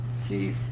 Jeez